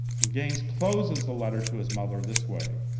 and gaines closes the letter to his mother this way.